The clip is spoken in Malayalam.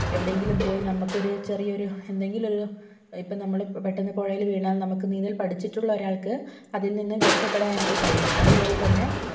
എവിടെയെങ്കിലും പോയി നമുക്കൊരു ചെറിയൊരു എന്തെങ്കിലു ഒരു ഇപ്പോൾ നമ്മള് പെട്ടന്ന് പുഴയിൽ വീണാൽ നമുക്ക് നീന്തൽ പഠിച്ചിട്ടുള്ള ഒരാൾക്ക് അതിൽ നിന്ന് രക്ഷപെടാനായിട്ട് കഴിയും അതുപോലെതന്നെ